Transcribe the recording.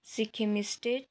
Sikkim state